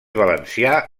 valencià